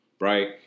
right